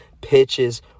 pitches